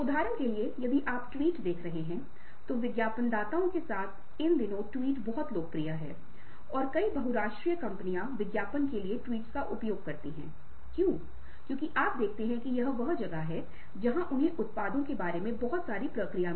उदाहरण के लिए कहें मैंने एक व्यक्ति किम्ब्रिग्स का मामला साझा किया जो एक विक्रेता था और उसे एक क्षेत्र बिक्री प्रबंधक के पद पर पदोन्नत किया गया था क्योंकि विक्रेता की स्थिति में उसने बहुत अच्छा प्रदर्शन किया